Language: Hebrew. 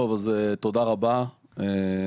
תודה רבה.